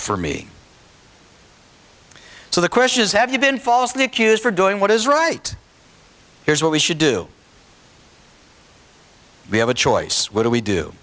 for me so the question is have you been falsely accused for doing what is right here's what we should do we have a choice what do we do